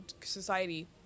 society